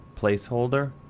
placeholder